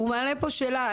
הוא מעלה פה שאלה.